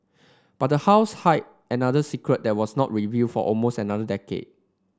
but the house hid another secret that was not revealed for almost another decade